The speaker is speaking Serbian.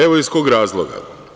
Evo iz kog razloga.